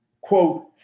quote